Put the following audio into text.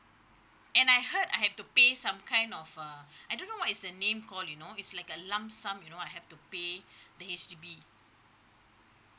and I heard I had to pay some kind of uh I don't know what is the name called you know it's like a lump sum you know I have to be pay the H_D_B